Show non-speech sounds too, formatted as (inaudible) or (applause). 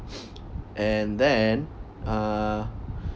(noise) and then uh